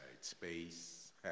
space